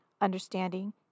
understanding